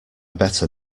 better